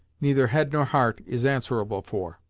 neither head nor heart is answerable for.